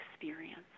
experience